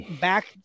back